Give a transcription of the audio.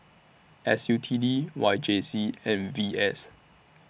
S U T D Y J C and V S